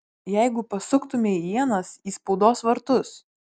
jeigu pasuktumei ienas į spaudos vartus